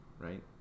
right